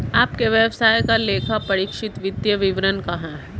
आपके व्यवसाय का लेखापरीक्षित वित्तीय विवरण कहाँ है?